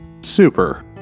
Super